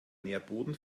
nährboden